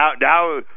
Now